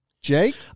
Jake